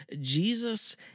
Jesus